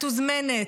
מתוזמנת,